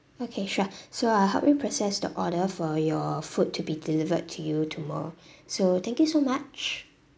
okay sure so I'll help you process the order for your food to be delivered to you tomorrow so thank you so much